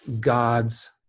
God's